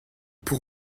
pour